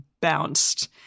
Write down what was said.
bounced